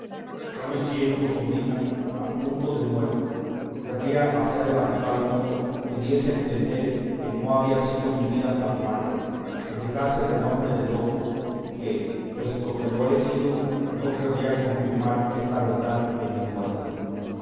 yo me siento sobrina a punto de muerte querría hacerla de tal modo que diese a entender que no había sido mi vida tan mala que dejase renombre de loco que puesto que lo he sido no querría confirmar esta verdad en mi muerte